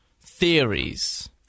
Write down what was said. theories